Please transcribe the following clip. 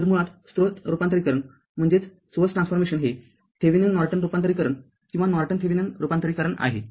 तरमुळात स्रोत रूपांतरीकरण हे थेविनिन नॉर्टन रूपांतरीकरण किंवा नॉर्टन थेविनिन रूपांतरीकरण आहे